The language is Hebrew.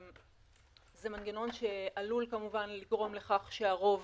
זה מנגנון שעלול לגרום לכך שהרוב